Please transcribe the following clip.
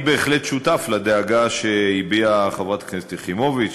אני בהחלט שותף לדאגה שהביעה חברת הכנסת יחימוביץ,